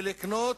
ולקנות,